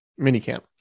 Minicamp